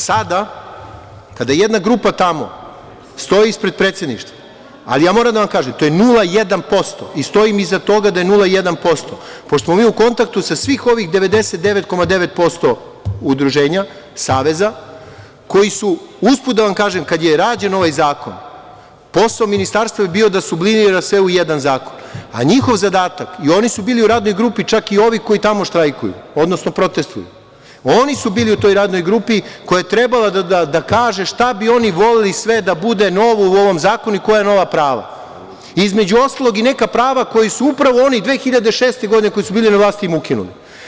Sada, kada jedna grupa tamo stoji ispred Predsedništva, ali ja moram da vam kažem, to je 0,1% i stojim iza toga da je 0,1%, pošto smo mi u kontaktu sa svih ovih 99,9% udruženja Saveza, koji su… usput da vam kažem, kada je rađen ovaj zakon, posao Ministarstva je bio da sublimira sve u jedan zakon, a njihov zadatak i oni su bili u radnoj grupi, čak i ovi koji tamo štrajkuju, odnosno protestuju, oni su bili u toj radnoj grupi koja je trebala da kaže šta bi oni voleli sve da bude novo u ovom zakonu i koja nova prava, između ostalog, i neka prava koja su upravo oni 2006. godine, koji su bili na vlasti im ukinuli.